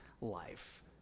life